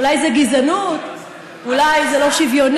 אולי זה גזענות, אולי זה לא שוויוני.